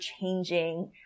changing